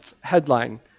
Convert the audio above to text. headline